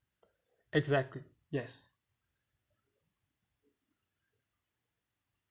exactly yes